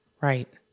Right